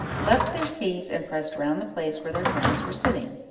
left their seats, and pressed round the place where their parents were sitting.